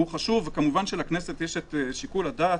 וחשוב כמובן לכנסת יש שיקול הדעת,